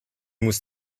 muss